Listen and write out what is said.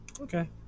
okay